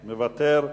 מוותר.